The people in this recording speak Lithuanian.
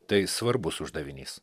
tai svarbus uždavinys